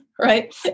Right